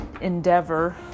endeavor